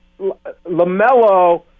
LaMelo